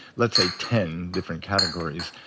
let's say, ten different categories,